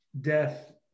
death